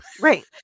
Right